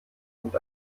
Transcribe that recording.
und